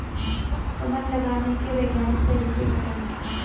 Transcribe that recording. कमल लगाने के वैज्ञानिक तरीके बताएं?